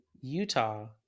Utah